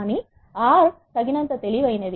కానీ R తగినంత తెలివైనది